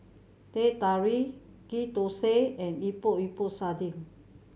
Teh Tarik Ghee Thosai and Epok Epok Sardin